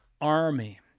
army